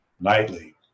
nightly